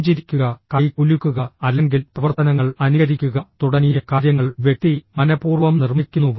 പുഞ്ചിരിക്കുക കൈ കുലുക്കുക അല്ലെങ്കിൽ പ്രവർത്തനങ്ങൾ അനുകരിക്കുക തുടങ്ങിയ കാര്യങ്ങൾ വ്യക്തി മനഃപൂർവ്വം നിർമ്മിക്കുന്നു